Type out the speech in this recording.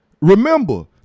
remember